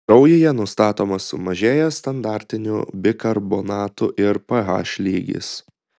kraujyje nustatomas sumažėjęs standartinių bikarbonatų ir ph lygis